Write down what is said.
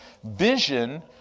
Vision